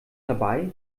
dabei